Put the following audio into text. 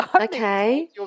Okay